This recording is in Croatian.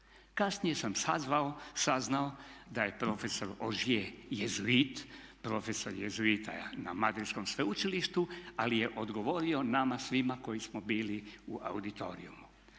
Kasnije sam saznao da je profesor Ožije jezuit, profesor jezuita na Madridskom sveučilištu, ali je odgovorio nama svima koji smo bili u auditoriumu.